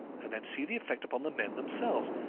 and then see the effect upon the men themselves!